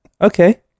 okay